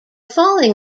falling